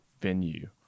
venue